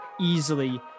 easily